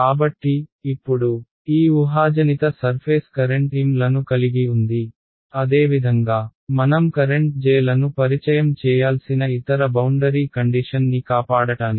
కాబట్టి ఇప్పుడు ఈ ఊహాజనిత సర్ఫేస్ కరెంట్ M లను కలిగి ఉంది అదేవిధంగా మనం కరెంట్ J లను పరిచయం చేయాల్సిన ఇతర బౌండరీ కండిషన్ ని కాపాడటానికి